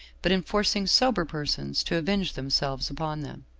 but in forcing sober persons to avenge themselves upon them.